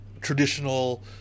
traditional